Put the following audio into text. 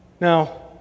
Now